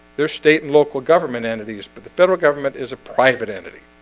there's state and local government entities, but the federal government is a private entity